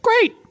great